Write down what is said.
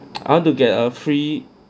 I want to get a free